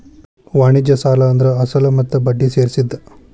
ವಾಣಿಜ್ಯ ಸಾಲ ಅಂದ್ರ ಅಸಲ ಮತ್ತ ಬಡ್ಡಿ ಸೇರ್ಸಿದ್